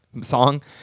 song